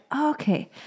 okay